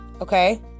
Okay